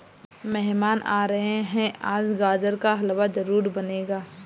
मेहमान आ रहे है, आज गाजर का हलवा जरूर बनेगा